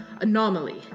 anomaly